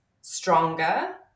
stronger